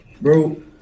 Bro